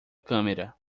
câmera